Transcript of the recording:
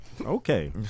Okay